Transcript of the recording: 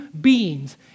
beings